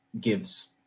gives